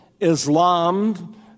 Islam